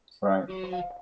Right